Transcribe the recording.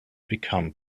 become